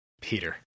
Peter